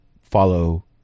follow